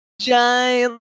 Giant